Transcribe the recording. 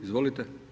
Izvolite.